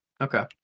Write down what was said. okay